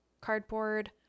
cardboard